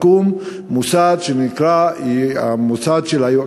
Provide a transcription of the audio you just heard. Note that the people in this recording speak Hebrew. צריך לקום כאן מוסד היועץ הכלכלי,